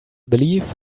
believe